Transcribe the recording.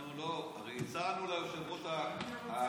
אנחנו לא, הרי הצענו ליושב-ראש הדגול,